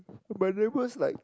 my neighbours like